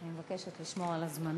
אני מבקשת לשמור על הזמנים.